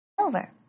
Over